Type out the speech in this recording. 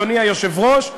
אדוני היושב-ראש,